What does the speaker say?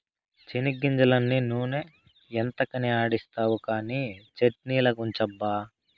చెనిగ్గింజలన్నీ నూనె ఎంతకని ఆడిస్తావు కానీ చట్ట్నిలకుంచబ్బా